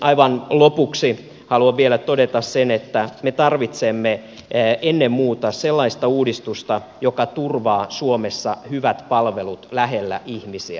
aivan lopuksi haluan vielä todeta sen että me tarvitsemme ennen muuta sellaista uudistusta joka turvaa suomessa hyvät palvelut lähellä ihmisiä